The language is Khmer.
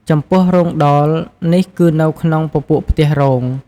ចំពោះ រោងដោលនេះគឺនៅក្នុងពពួកផ្ទះ “រោង”។